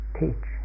teach